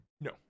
No